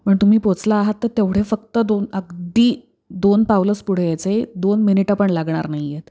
पण तुम्ही पोचला आहात तर तेवढे फक्त दोन अगदी दोन पावलंच पुढे यायचं आहे दोन मिनिटं पण लागणार नाही आहेत